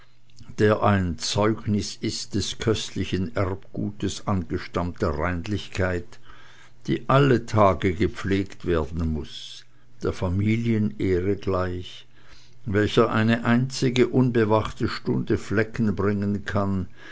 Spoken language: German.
der ein zeugnis ist des köstlichen erbgutes angestammter reinlichkeit die alle tage gepflegt werden muß der familienehre gleich welcher eine einzige unbewachte stunde flecken bringen kann